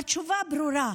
והתשובה ברורה.